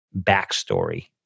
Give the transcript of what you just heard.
backstory